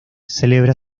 celebra